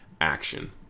action